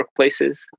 workplaces